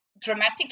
dramatic